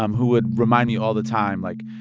um who would remind me all the time, like,